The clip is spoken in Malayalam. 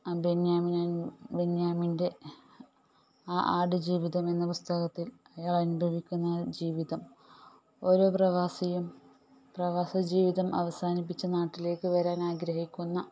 ആ ബെന്യാമിനാൻ ബെന്യാമിൻ്റെ ആ ആട് ജീവിതമെന്ന പുസ്തകത്തിൽ അയാൾ അനുഭവിക്കുന്ന ജീവിതം ഓരോ പ്രവാസിയും പ്രവാസജീവിതം അവസാനിപ്പിച്ച് നാട്ടിലേക്ക് വരാൻ ആഗ്രഹിക്കുന്ന